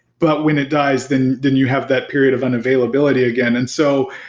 but when it dies, then then you have that period of unavailability again. and so,